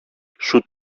σου